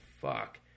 fuck